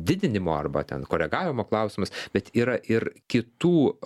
didinimo arba ten koregavimo klausimas bet yra ir kitų